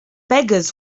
beggars